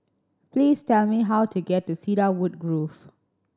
please tell me how to get to Cedarwood Grove